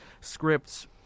scripts